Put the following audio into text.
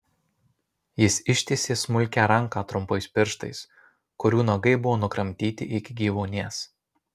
jis ištiesė smulkią ranką trumpais pirštais kurių nagai buvo nukramtyti iki gyvuonies